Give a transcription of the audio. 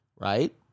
right